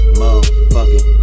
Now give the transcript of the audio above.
motherfucking